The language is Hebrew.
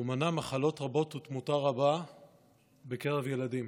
הוא מנע מחלות רבות ותמותה רבה בקרב ילדים.